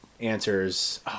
answers